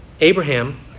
Abraham